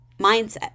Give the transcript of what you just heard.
mindset